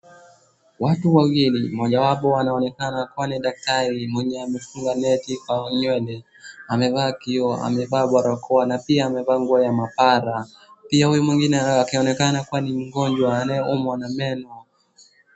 Watu wawili moja wapo anaonekana kuwa ni dakatari mwenye amefunga neti kwa nywele, amevaa kioo, amevaa barakoa na pia amevaa nguo ya maabara. Pia huyu mwingine akionekana kuwa ni mgonjwa anayeumwa na meno.